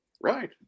Right